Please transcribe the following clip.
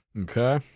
Okay